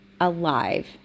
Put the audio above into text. alive